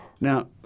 Now